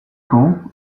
camp